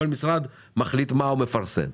כל משרד מחליט מה הוא מפרסם.